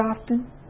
often